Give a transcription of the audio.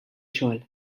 xogħol